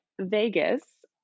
Vegas